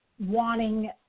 wanting